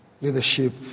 leadership